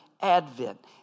advent